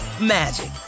magic